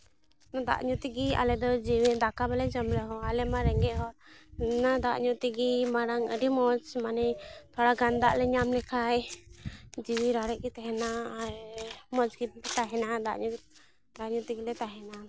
ᱫᱟᱜ ᱧᱩ ᱛᱮᱜᱮ ᱟᱞᱮ ᱫᱚ ᱡᱮᱣᱮᱫ ᱫᱟᱠᱟ ᱵᱟᱞᱮ ᱡᱚᱢ ᱨᱮᱦᱚᱸ ᱟᱞᱮ ᱢᱟ ᱨᱮᱸᱜᱮᱡ ᱦᱚᱲ ᱚᱱᱟ ᱫᱟᱜ ᱧᱩ ᱛᱮᱜᱮ ᱢᱟᱲᱟᱝ ᱟᱹᱰᱤ ᱢᱚᱡᱽ ᱢᱟᱱᱮ ᱛᱷᱚᱲᱟᱜᱟᱱ ᱫᱟᱜ ᱞᱮ ᱧᱟᱢ ᱞᱮᱠᱷᱟᱱ ᱡᱤᱣᱤ ᱨᱟᱲᱮᱡ ᱜᱮ ᱛᱟᱦᱮᱱᱟ ᱟᱨ ᱢᱚᱡᱽ ᱜᱮᱞᱮ ᱛᱟᱦᱮᱱᱟ ᱫᱟᱜ ᱧᱩ ᱫᱟᱜ ᱧᱩ ᱛᱮᱜᱮᱞᱮ ᱛᱟᱦᱮᱱᱟ